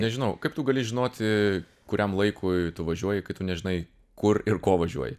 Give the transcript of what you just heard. nežinau kaip tu gali žinoti kuriam laikui tu važiuoji kai tu nežinai kur ir ko važiuoji